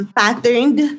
patterned